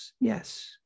Yes